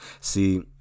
See